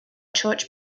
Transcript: church